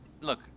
look